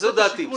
זו דעתי.